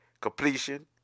completion